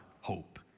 hope